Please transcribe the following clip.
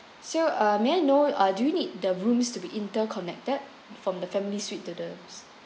so uh may know uh do you need the rooms to be interconnected from the family suite to the